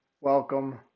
welcome